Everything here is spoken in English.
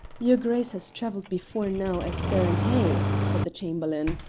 your grace has travelled before now as baron hay, said the chamberlain.